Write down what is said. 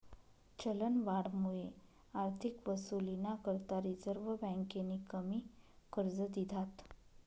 चलनवाढमुये आर्थिक वसुलीना करता रिझर्व्ह बँकेनी कमी कर्ज दिधात